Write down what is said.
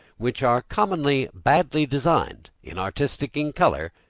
which are commonly badly designed, inartistic in color,